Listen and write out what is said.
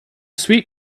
sweet